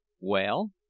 Well